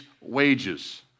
wages